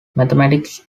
mathematics